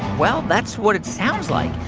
well, that's what it sounds like.